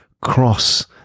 cross